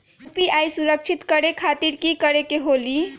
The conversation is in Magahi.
यू.पी.आई सुरक्षित करे खातिर कि करे के होलि?